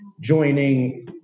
joining